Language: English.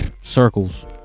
circles